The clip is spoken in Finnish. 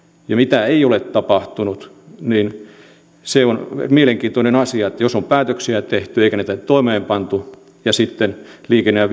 ja mitä ei ole tapahtunut on mielenkiintoinen asia jos on päätöksiä tehty eikä niitä ole toimeenpantu ja kun sitten liikenne ja